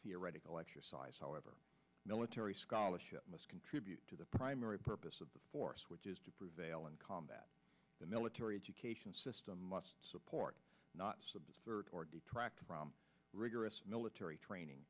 theoretical exercise however military scholarship must contribute to the primary purpose of the force which is to prevail in combat the military education system must support not subvert or detract from rigorous military training